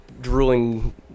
drooling